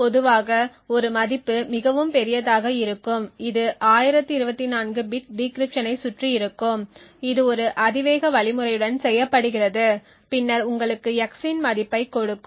பொதுவாக ஒரு மதிப்பு மிகவும் பெரியதாக இருக்கும் இது 1024 பிட் டிக்ரிப்சனைச் சுற்றி இருக்கும் இது ஒரு அதிவேக வழிமுறையுடன் செய்யப்படுகிறது பின்னர் உங்களுக்கு x இன் மதிப்பைக் கொடுக்கும்